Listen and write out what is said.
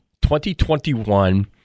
2021